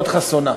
מאוד חסונה.